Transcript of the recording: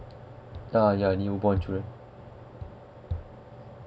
uh ya newborn children